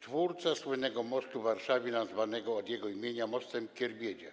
twórca słynnego mostu w Warszawie, nazwanego od jego nazwiska mostem Kierbedzia.